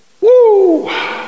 Woo